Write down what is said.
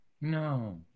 No